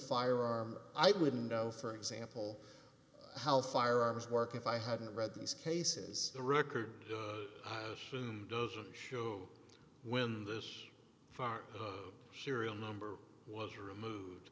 firearm i wouldn't go through example how firearms work if i hadn't read these cases the record i assume doesn't show when this far the serial number was removed